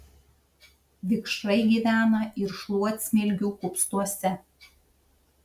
vikšrai gyvena ir šluotsmilgių kupstuose